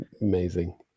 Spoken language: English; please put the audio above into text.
amazing